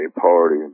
party